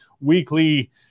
weekly